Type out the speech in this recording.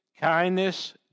Kindness